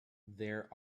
there